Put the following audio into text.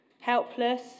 helpless